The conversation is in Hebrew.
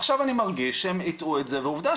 עכשיו אני מרגיש שהם איתרו את זה ועובדה